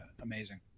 amazing